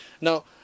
now